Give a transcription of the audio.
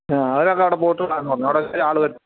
ആ അവരൊക്കെ അവിടെ പോയിട്ടുള്ളതാന്ന് പറഞ്ഞു അവിടെ ഒത്തിരി ആൾ വരും